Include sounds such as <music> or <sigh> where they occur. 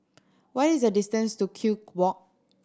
what is the distance to Kew <unintelligible> Walk